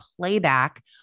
playback